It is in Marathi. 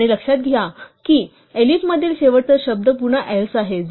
आणि लक्षात घ्या की एलिफमधील शेवटचा शब्द पुन्हा else आहे